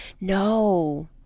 No